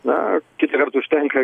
na kita vertus tenka